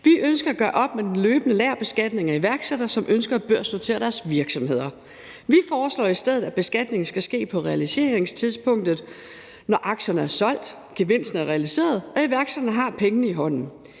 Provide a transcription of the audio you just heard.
Vi ønsker at gøre op med den løbende lagerbeskatning af iværksættere, som ønsker at børsnotere deres virksomheder. Vi foreslår i stedet, at beskatningen skal ske på realiseringstidspunktet – når aktierne er solgt, gevinsten er realiseret og iværksætteren har pengene i hånden.